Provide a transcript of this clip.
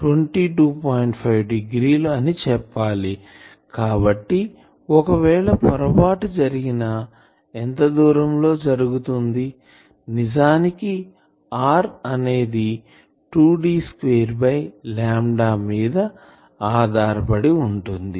5 డిగ్రీలు అని చెప్పాలి కాబట్టి ఒకవేళ పొరబాటు జరిగినా ఎంత దూరం లో జరుగుతుంది నిజానికి r అనేది 2D2 మీద ఆధారపడి ఉంటుంది